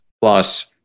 plus